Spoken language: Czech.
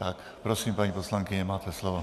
Tak prosím, paní poslankyně, máte slovo.